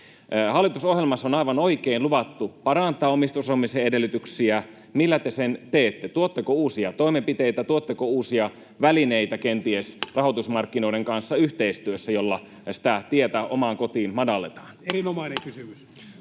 Hallitusohjelmassa on aivan oikein luvattu parantaa omistusasumisen edellytyksiä. Millä te sen teette: tuotteko uusia toimenpiteitä, tuotteko kenties rahoitusmarkkinoiden kanssa yhteistyössä uusia välineitä, joilla sitä